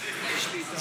יודע ערבית,